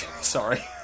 sorry